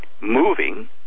moving